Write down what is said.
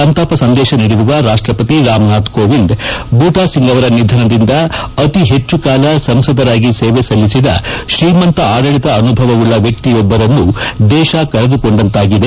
ಸಂತಾಪ ಸಂದೇಶ ನೀಡಿರುವ ರಾಷ್ಲಪತಿ ರಾಮನಾಥ್ ಕೋವಿಂದ್ ಬೂಟಾಸಿಂಗ್ ಅವರ ನಿಧನದಿಂದ ಅತಿಹೆಚ್ಚು ಕಾಲ ಸಂಸದರಾಗಿ ಸೇವೆ ಸಲ್ಲಿಸಿದ ತ್ರೀಮಂತ ಆಡಳಿತ ಅನುಭವವುಳ್ಳ ವ್ಯಕ್ತಿಯೊಬ್ಬರನ್ನು ದೇಶ ಕಳೆದುಕೊಂಡಂತಾಗಿದೆ